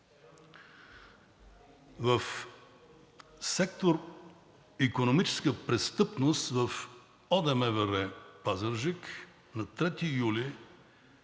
в сектор „Икономическа престъпност“ в ОДМВР – Пазарджик, на 3 юли